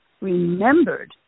remembered